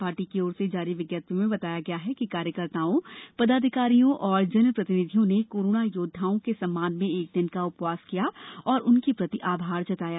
party की ओर जारी विज्ञप्ति में बताया गया है कि कार्यकर्ताओं पदाधिकारियों एवं जनप्रतिनिधियों ने कोरोना योद्धाओं के सम्मान में एक दिन का उपवास किया और उनके प्रति आभार जताया